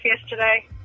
yesterday